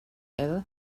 ill